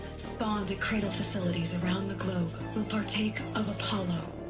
spawned at cradle facilities around the globe. will partake of apollo.